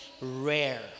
rare